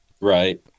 Right